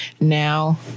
Now